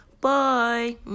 Bye